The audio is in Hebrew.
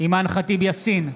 אימאן ח'טיב יאסין,